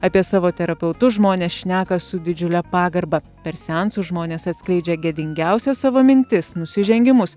apie savo terapeutus žmonės šneka su didžiule pagarba per seansus žmonės atskleidžia gėdingiausias savo mintis nusižengimus